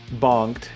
bonked